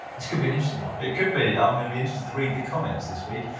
this could be an interesting one. it could be, i'm gonna be interested to read the comments this week,